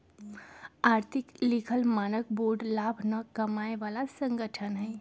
आर्थिक लिखल मानक बोर्ड लाभ न कमाय बला संगठन हइ